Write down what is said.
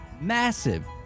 Massive